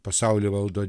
pasaulį valdo